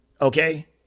Okay